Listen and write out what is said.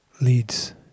leads